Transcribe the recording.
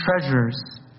treasures